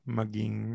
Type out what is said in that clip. maging